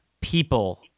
people